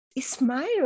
Smile